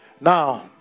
Now